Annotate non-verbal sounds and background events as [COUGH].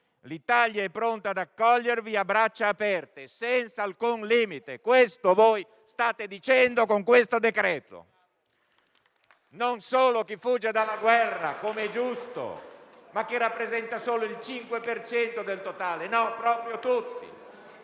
l'Italia è pronta ad accogliervi a braccia aperte, senza alcun limite. Questo voi state dicendo con questo decreto-legge. [APPLAUSE] Non solo chi fugge dalla guerra, come è giusto, ma che rappresenta solo il 5 per cento del totale; no, proprio tutti.